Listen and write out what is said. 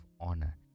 honor